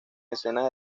escenas